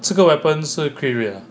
这个 weapon 是 crit rate ah